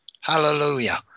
Hallelujah